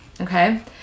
Okay